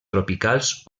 tropicals